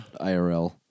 IRL